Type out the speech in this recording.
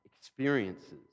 experiences